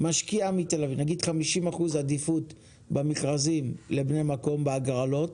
ונניח גם שיהיה 50% עדיפות במכרזים לבני מקום בהגרלות.